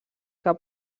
que